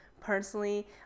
personally